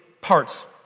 parts